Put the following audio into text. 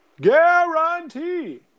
Guarantee